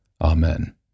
Amen